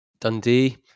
Dundee